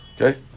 Okay